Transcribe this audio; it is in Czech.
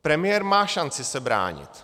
Premiér má šanci se bránit.